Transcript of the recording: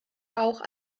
auch